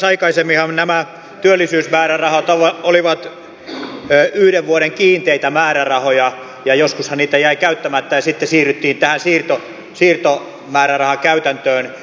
aikaisemminhan nämä työllisyysmäärärahat olivat yhden vuoden kiinteitä määrärahoja ja joskushan niitä jäi käyttämättä ja sitten siirryttiin tähän siirtomäärärahakäytäntöön